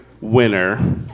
winner